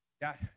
God